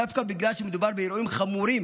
דווקא בגלל שמדובר באירועים חמורים,